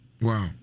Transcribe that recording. wow